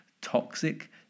toxic